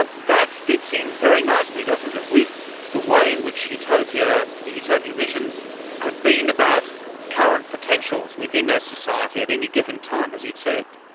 ah that fits in very nicely, doesn't it, with the way in which the utopian visions have been about current potentials within a society at any given time, as you've said.